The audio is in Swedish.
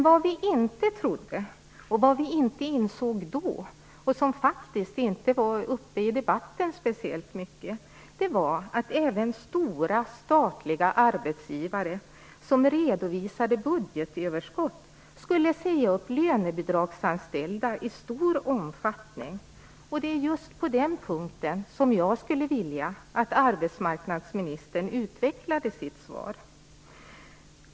Vad vi inte trodde, och vad vi inte insåg då - det var faktiskt inte uppe i debatten speciellt mycket - var att även stora statliga arbetsgivare som redovisade budgetöverskott skulle säga upp lönebidragsanställda i stor omfattning. Det är just på den punkten som jag skulle vilja att arbetsmarknadsministern utvecklade sitt svar.